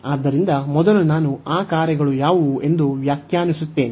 ಆದ್ದರಿಂದ ಮೊದಲು ನಾನು ಆ ಕಾರ್ಯಗಳು ಯಾವುವು ಎಂದು ವ್ಯಾಖ್ಯಾನಿಸುತ್ತೇನೆ